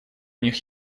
них